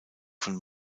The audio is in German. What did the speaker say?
von